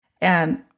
And-